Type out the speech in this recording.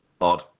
odd